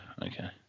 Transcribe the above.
Okay